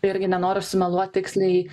irgi nenoriu sumeluot tiksliai